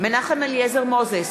מנחם אליעזר מוזס,